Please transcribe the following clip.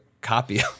copy